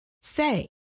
say